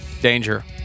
danger